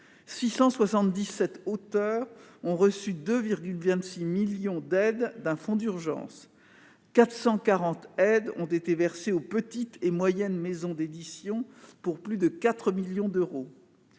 677 auteurs ont reçu 2,26 millions d'euros d'aide d'un fonds d'urgence, et 440 aides ont été versées aux petites et moyennes maisons d'édition, pour plus de 4 millions d'euros.